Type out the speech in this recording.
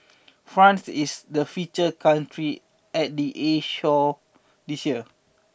France is the feature country at the air show this year